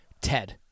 Ted